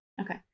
Okay